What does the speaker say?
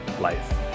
life